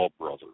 brother